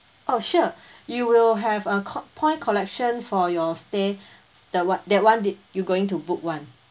oh sure you will have a co~ point collection for your stay the what that one did you going to book [one]